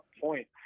point